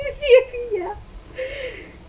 C_I_P ya